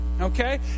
Okay